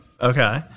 Okay